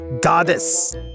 goddess